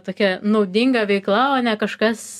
tokia naudinga veikla o ne kažkas